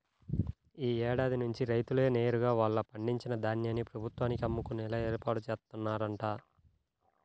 యీ ఏడాది నుంచి రైతులే నేరుగా వాళ్ళు పండించిన ధాన్యాన్ని ప్రభుత్వానికి అమ్ముకునేలా ఏర్పాట్లు జేత్తన్నరంట